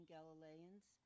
Galileans